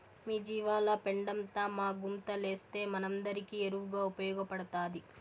మీ జీవాల పెండంతా మా గుంతలేస్తే మనందరికీ ఎరువుగా ఉపయోగపడతాది